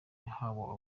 yahawe